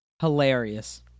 Hilarious